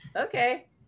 okay